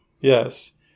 Yes